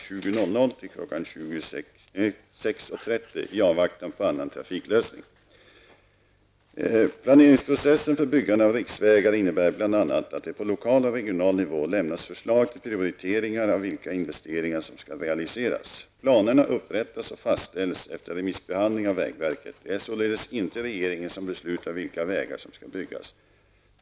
22.00 Planeringsprocessen för byggande av riksvägar innebär bl.a. att det på lokal och regional nivå lämnas förslag till prioriteringar av vilka investeringar som skall realiseras. Planerna upprättas och fastställs efter remissbehandling av vägverket. Det är således inte regeringen som beslutar vilka vägar som skall byggas.